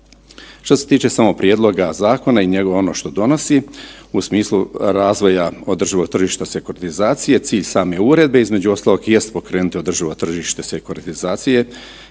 Što se tiče samog prijedloga zakona i njegovog, ono što donosi u smislu razvoja održivog tržišta sekuritizacije cilj same uredbe između ostalog jest pokrenuti održivo tržite sekuritizacije